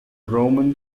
roman